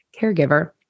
caregiver